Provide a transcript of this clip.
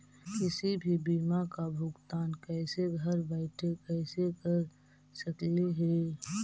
किसी भी बीमा का भुगतान कैसे घर बैठे कैसे कर स्कली ही?